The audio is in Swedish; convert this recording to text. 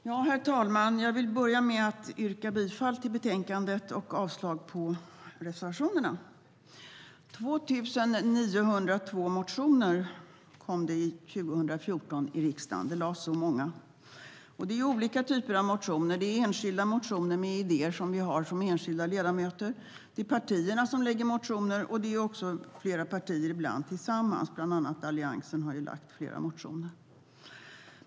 Herr ålderspresident! Jag vill börja med att yrka bifall till utskottets förslag i betänkandet och avslag på reservationerna. 2 902 motioner kom in 2014 i riksdagen. Så många väcktes. Det är olika typer av motioner. Det finns enskilda motioner med idéer från enskilda ledamöter. Partierna väcker motioner, och ibland är det också flera partier som gör det tillsammans. Bland andra har Alliansen väckt flera motioner.